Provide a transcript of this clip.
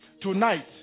Tonight